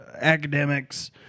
academics